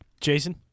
Jason